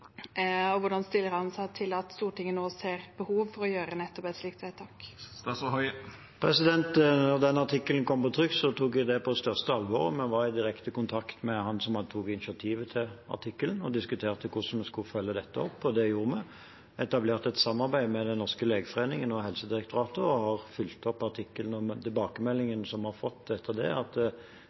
og hvordan stiller han seg til at Stortinget nå ser behov for å gjøre nettopp et slikt vedtak? Da den artikkelen kom på trykk, tok jeg det på største alvor. Vi var i direkte kontakt med ham som tok initiativet til artikkelen, og diskuterte hvordan vi skulle følge dette opp. Det gjorde vi. Vi etablerte et samarbeid med Den norske legeforening og Helsedirektoratet og har fulgt opp artikkelen. Tilbakemeldingen vi har fått etter det, er at